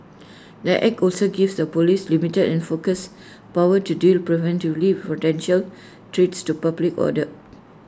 the act also gives the Police limited and focused powers to deal preemptively with potential threats to public order